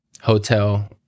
Hotel